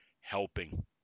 helping